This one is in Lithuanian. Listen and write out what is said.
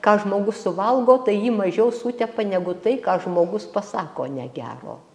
ką žmogus suvalgo tai jį mažiau sutepa negu tai ką žmogus pasako negero